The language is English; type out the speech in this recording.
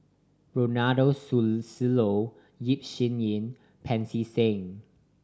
Ronald Susilo Yap Sin Yin and Pancy Seng